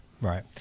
Right